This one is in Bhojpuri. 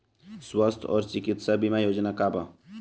स्वस्थ और चिकित्सा बीमा योजना का बा?